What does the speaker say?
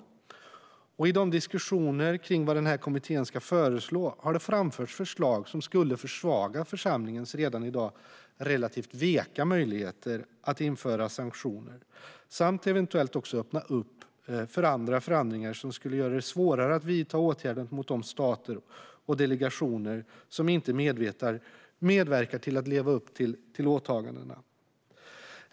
I kommitténs diskussioner har det framförts förslag som skulle försvaga församlingens redan i dag relativt veka möjligheter att införa sanktioner samt eventuellt öppna för andra förändringar som skulle göra det svårare att vidta åtgärder mot de stater och delegationer som inte medverkar till att leva upp till åtagandena.